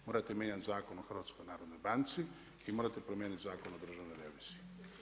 Morate mijenjati Zakon o HNB-u i morate promijeniti Zakon o Državnoj reviziji.